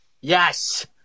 yes